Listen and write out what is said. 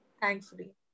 Thankfully